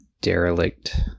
derelict